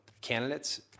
candidates